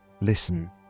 Listen